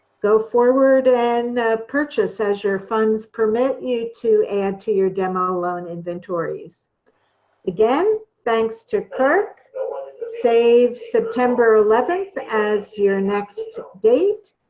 go forward and purchase as your funds permit you to add to your demo loan inventories again, thanks to kirk save september eleventh as your next date,